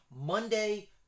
Monday